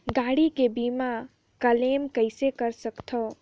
गाड़ी के बीमा क्लेम कइसे कर सकथव?